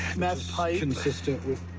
meth pipe. consistent with